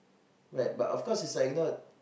wait but of course is like